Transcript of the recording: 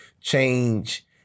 change